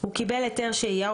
הוא קיבל היתר שהייה,